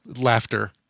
laughter